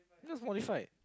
no it's modified